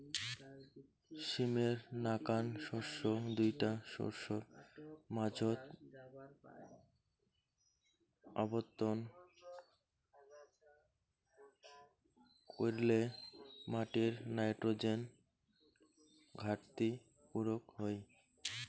সীমের নাকান শস্য দুইটা শস্যর মাঝোত আবর্তন কইরলে মাটির নাইট্রোজেন ঘাটতি পুরুক হই